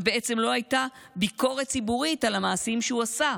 ובעצם לא הייתה ביקורת ציבורית על המעשים שהוא עשה,